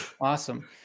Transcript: Awesome